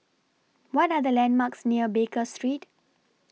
What Are The landmarks near Baker Street